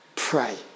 Pray